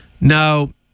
Now